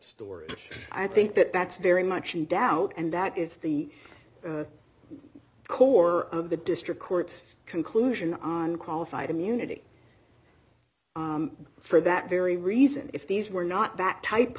stories i think that that's very much in doubt and that is the core of the district court's conclusion on qualified immunity for that very reason if these were not that type